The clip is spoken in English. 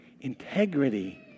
integrity